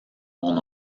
mon